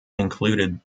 included